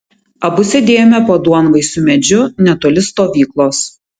abu sėdėjome po duonvaisiu medžiu netoli stovyklos